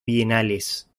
bienales